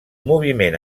moviment